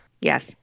Yes